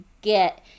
get